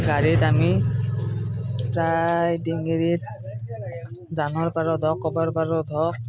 গাড়ীত আমি প্ৰায় ডিঙেৰিত জানৰ পাৰত হওক ক'ৰবাৰ পাৰত হওক